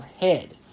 head